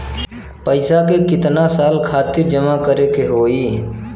पैसा के कितना साल खातिर जमा करे के होइ?